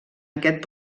aquest